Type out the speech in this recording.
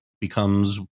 becomes